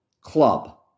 club